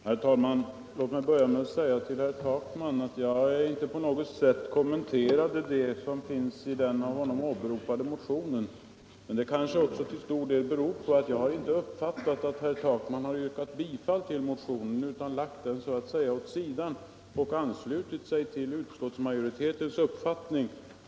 Herr talman! Låt mig börja med att säga till herr Takman att jag inte på något sätt har kommenterat det som står i den av honom åberopade motionen. Det kan emellertid till stor del ha berott på att jag inte har uppfattat att herr Takman yrkat bifall till motionen utan att han så att säga har lagt den åt sidan och anslutit sig till utskottsmajoritetens uppfattning.